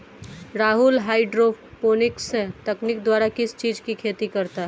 Rahul hydroponics तकनीक द्वारा किस चीज की खेती करता है?